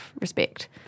respect